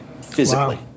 physically